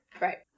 Right